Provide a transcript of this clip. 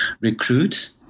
recruit